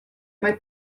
mae